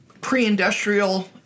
pre-industrial